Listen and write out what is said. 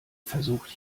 versucht